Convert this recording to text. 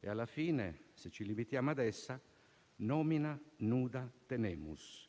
e, alla fine, se ci limitiamo ad essa, *nomina nuda tenemus*.